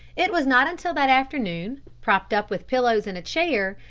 it was not until that afternoon, propped up with pillows in a chair,